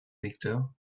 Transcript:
électeur